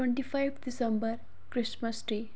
twenty five December Christmas day